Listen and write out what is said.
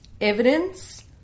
evidence